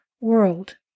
world